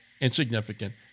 insignificant